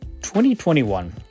2021